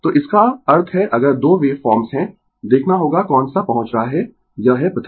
तो इसका अर्थ है अगर 2 वेव फॉर्म्स है देखना होगा कौन सा पहुंच रहा है यह है प्रथम